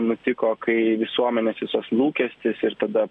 nutiko kai visuomenės visas lūkestis ir tada